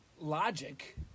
logic